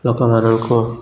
ଲୋକମାନଙ୍କୁ